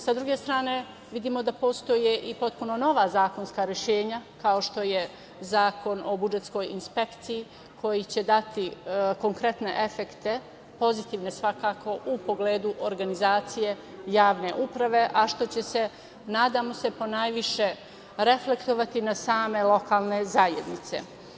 Sa druge strane, vidimo da postoje i potpuno nova zakonska rešenja, kao što je Zakon o budžetskoj inspekciji, koji će dati konkretne efekte, pozitivne svakako, u pogledu organizacije javne uprave, a što će se, nadamo se, ponajviše reflektovati na same lokalne zajednice.